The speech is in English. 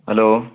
hello